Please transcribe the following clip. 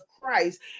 Christ